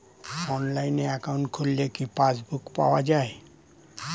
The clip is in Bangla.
অনলাইনে একাউন্ট খুললে কি পাসবুক পাওয়া যায়?